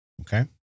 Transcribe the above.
Okay